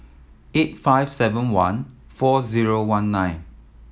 eight five seven one four zero one nine